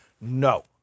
no